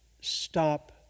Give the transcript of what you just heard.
stop